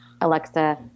Alexa